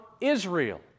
Israel